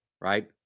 right